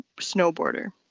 snowboarder